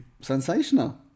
sensational